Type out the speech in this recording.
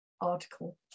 article